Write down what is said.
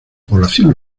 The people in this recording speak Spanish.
población